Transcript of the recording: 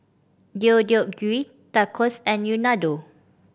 Deodeok Gui Tacos and Unadon